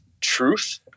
truth